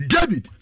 David